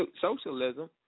socialism